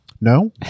No